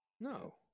No